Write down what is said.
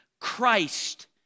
Christ